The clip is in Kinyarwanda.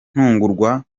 ntungurwa